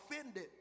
offended